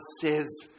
says